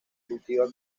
cultiva